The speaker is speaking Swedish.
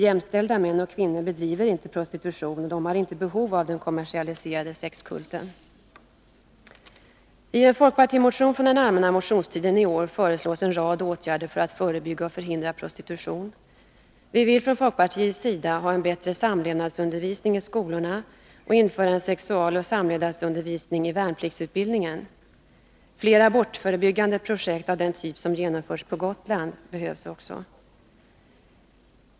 Jämställda män och kvinnor bedriver inte prostitution och har inte behov av den kommersialiserade sexkulten. Vi vill från folkpartiets sida ha en bättre samlevnadsundervisning i skolorna och införa en sexualoch samlevnadsundervisning i värnpliktsutbildningen. Fler abortförebyggande projekt av den typ som genomförts på Gotland behövs också.